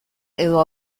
edo